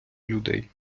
людей